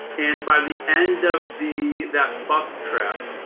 and by the end of the that bus trip,